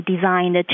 designed